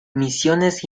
misiones